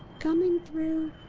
coming through!